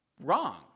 wrong